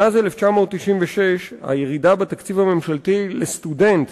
מאז 1996 התקציב הממשלתי לסטודנט